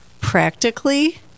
practically